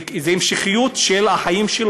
זו המשכיות של החיים.